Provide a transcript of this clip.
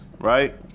right